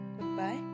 goodbye